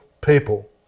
people